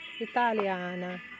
Italiana